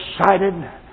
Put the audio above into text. excited